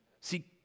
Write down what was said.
See